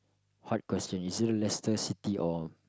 hard question you say Leicester-City or